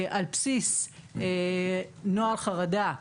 על בסיס נוהל חרדה,